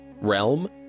realm